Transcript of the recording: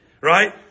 right